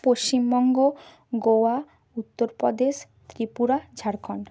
Paschimbanga Goa Uttar Pradesh Tripura Jharkhand